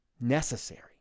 necessary